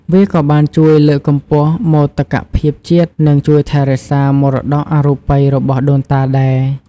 វាក៏បានជួយលើកកម្ពស់មោទកភាពជាតិ និងជួយថែរក្សាមរតកអរូបីរបស់ដូនតាដែរ។